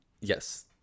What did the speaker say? yes